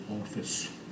office